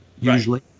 usually